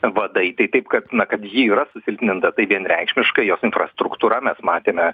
vadai tai taip kad na kad ji yra susilpninta tai vienreikšmiškai jos infrastruktūra mes matėme